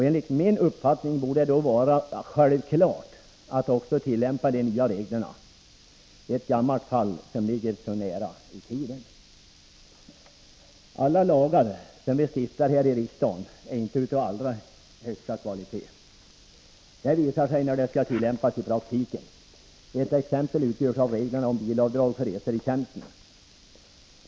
Enligt min uppfattning borde det då vara självklart att också tillämpa de nya reglerna för ett gammalt fall som ligger så nära i tiden. Alla lagar som vi stiftar här i riksdagen är inte av allra högsta kvalitet — det visar sig när de skall tillämpas i praktiken. Ett exempel utgörs av reglerna om bilavdrag för resor i tjänsten.